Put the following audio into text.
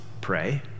pray